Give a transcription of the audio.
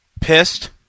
Pissed